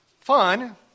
fun